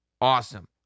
awesome